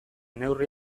neurri